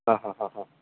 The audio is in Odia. ହଁ ହଁ ହଁ ହଁ